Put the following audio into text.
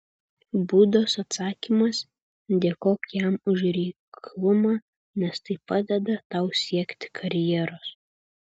budos atsakymas dėkok jam už reiklumą nes tai padeda tau siekti karjeros